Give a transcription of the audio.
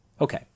Okay